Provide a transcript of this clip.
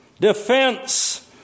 Defense